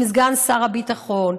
עם סגן שר הביטחון.